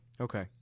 Okay